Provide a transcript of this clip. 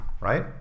right